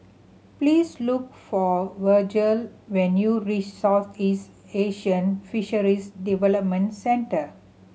please look for Virgel when you reach Southeast Asian Fisheries Development Centre